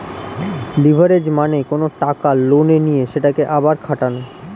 leverage মানে কোনো টাকা লোনে নিয়ে সেটাকে আবার খাটানো